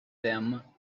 them